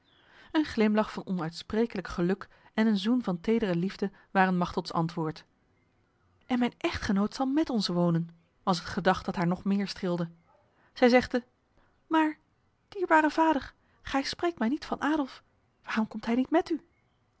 een glimlach van onuitsprekelijk geluk en een zoen van tedere liefde waren machtelds antwoord en mijn echtgenoot zal met ons wonen was het gedacht dat haar nog meer streelde zij zegde maar dierbare vader gij spreekt mij niet van adolf waarom komt hij niet met u